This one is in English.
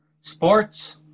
sports